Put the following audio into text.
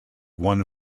won